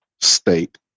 state